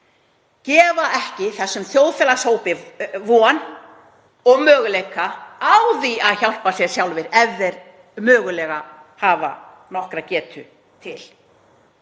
gefa ekki þessum þjóðfélagshópi von og möguleika á því að hjálpa sér sjálfir ef þeir mögulega hafa nokkra getu til.